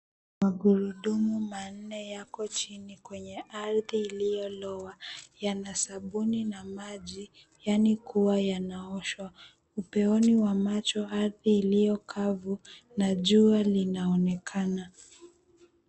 Magurudumu manne yako kwenye ardhi iliyolowa, yana sabuni na maji, yani kuwa yanaoshwa. Upeoni wa macho ardhi iliyokavu na jua linaonekana.